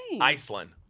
Iceland